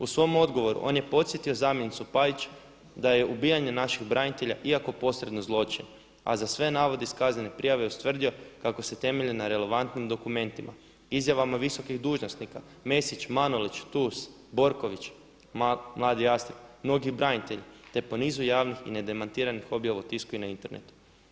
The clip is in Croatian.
U svojem odgovoru on je podsjetio zamjenicu Pajić da je ubijanje naših branitelja iako posredno zločin, a za sve navode iz kaznene prijave je ustvrdio kako se temelje na relevantnim dokumentima, izjavama visokih dužnosnika, Mesić, Manolić, Tus, Borković, Mladi Jastreb, mnogi branitelji, te po nizu javnih i nedemantiranih objava u tisku i na internetu.